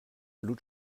blut